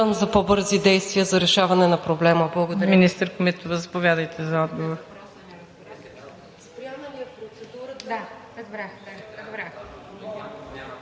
за по-бързи действия за решаване на проблема. Благодаря.